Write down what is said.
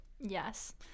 yes